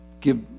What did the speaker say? give